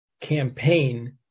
campaign